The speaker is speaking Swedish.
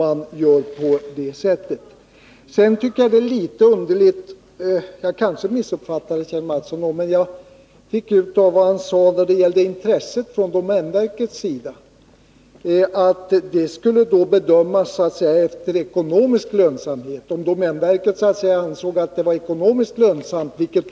Av vad Kjell Mattsson sade fick jag intrycket att intresset från domänverkets sida skulle bedömas efter den ekonomiska lönsamheten. Det tycker jag verkar underligt — kanske jag missuppfattade honom?